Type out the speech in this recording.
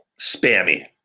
spammy